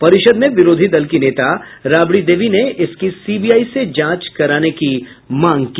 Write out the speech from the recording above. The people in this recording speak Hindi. परिषद् में विरोधी दल की नेता राबड़ी देवी ने इसकी सीबीआई से जांच कराने की मांग की